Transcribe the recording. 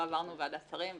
לא עברנו ועדת שרים,